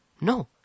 No